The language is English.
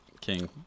king